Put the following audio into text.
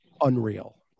unreal